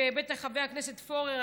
ובטח חבר הכנסת פורר,